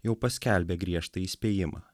jau paskelbė griežtą įspėjimą